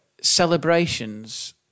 celebrations